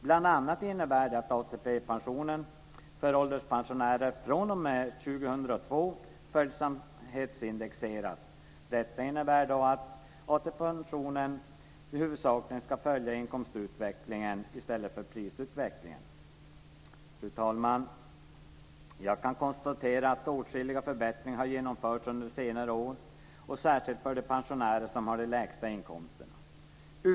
Bl.a. innebär det att ATP för ålderspensionärer fr.o.m. 2002 följsamhetsindexeras. Detta innebär att ATP huvudsakligen ska följa inkomstutvecklingen i stället för prisutvecklingen. Fru talman! Jag kan konstatera att åtskilliga förbättringar har genomförts under senare år, särskilt för de pensionärer som har de lägsta inkomsterna.